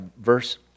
verse